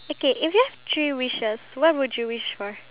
okay I have a que~ oh me